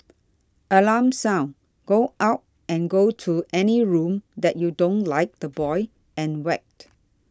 alarm sound go out and go to any room that you don't like the boy and whacked